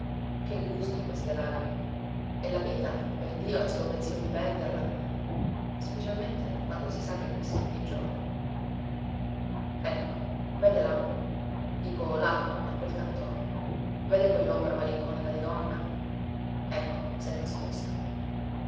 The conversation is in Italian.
che gusto queste lagrime e la vita perdio al solo pensiero di perderla specialmente quando si sa che è questione di giorni ecco vede là dico là a quel cantone vede quellombra malinconica di donna ecco sè nascosta